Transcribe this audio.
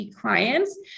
clients